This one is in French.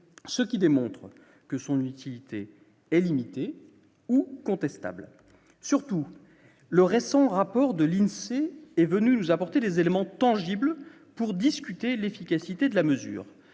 ce qui démontre que son utilité et limitée ou contestables, surtout le récent rapport de l'INSEE est venu nous apporter des éléments tangibles pour discuter l'efficacité de la mesure